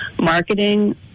marketing